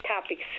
topics